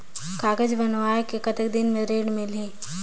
कागज बनवाय के कतेक दिन मे ऋण मिलही?